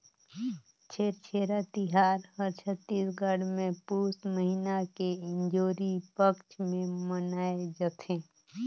छेरछेरा तिहार हर छत्तीसगढ़ मे पुस महिना के इंजोरी पक्छ मे मनाए जथे